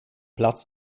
platz